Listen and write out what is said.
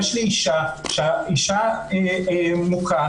יש לי מטופלת שהיא אישה מוכה,